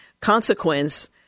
consequence